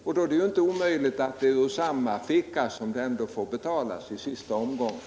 Det är ärdå inte omöjligt att allt får betalas ur samma ficka i sista omgången.